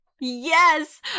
Yes